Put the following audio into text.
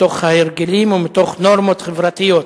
מתוך ההרגלים ומתוך נורמות חברתיות,